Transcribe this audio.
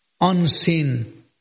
unseen